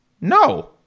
No